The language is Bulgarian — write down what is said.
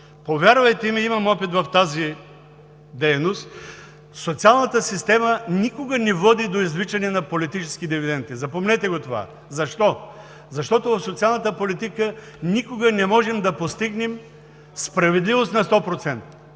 повярвайте ми, имам опит в тази дейност, социалната система никога не води до извличане на политически дивиденти. Запомнете го това! Защо? Защото в социалната политика никога не можем да постигнем справедливост на сто